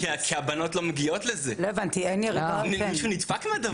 כי הבנות לא מגיעות לזה, מישהו נפגע מהדבר הזה.